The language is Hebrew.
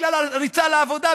בגלל הריצה לעבודה,